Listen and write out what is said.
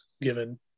given